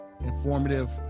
informative